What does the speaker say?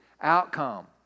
Outcome